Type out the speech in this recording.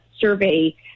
survey